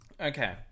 Okay